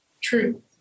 True